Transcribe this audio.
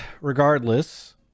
regardless